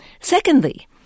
Secondly